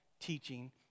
teaching